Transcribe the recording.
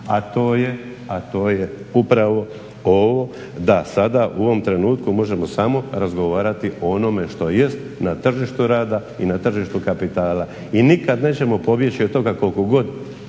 a to je upravo ovo da sada u ovom trenutku možemo samo razgovarati o onome što jest na tržištu rada i na tržištu kapitala i nikad nećemo pobjeći od toga koliko god